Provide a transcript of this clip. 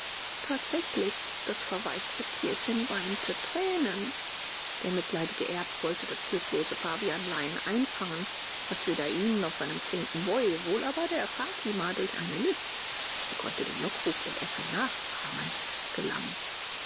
tatsächlich das verwaiste tierchen weinte tränen der mitleidige erb wollte das hilflose pavianlein einfangen was weder ihm noch seinem flinken boy wohl aber der fatima durch eine list sie konnte den lockruf der äffin nachahmen gelang